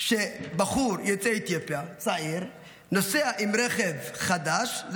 שבחור יוצא אתיופיה צעיר נוסע עם רכב חדש.